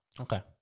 Okay